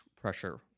pressure